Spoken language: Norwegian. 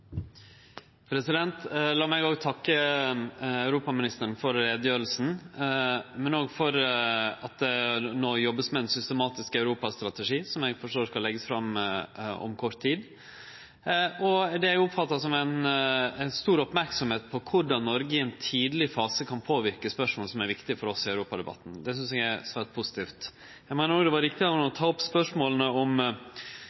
meg òg takke europaministeren for utgreiinga, men òg for at det no vert jobba med ein systematisk europastrategi, som eg forstår skal leggjast fram om kort tid, og det eg oppfatta som ei stor merksemd på korleis Noreg i ein tidleg fase kan påverke spørsmål som er viktige for oss i europadebatten. Det synest eg er svært positivt. Eg meiner òg det var riktig av han å